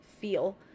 feel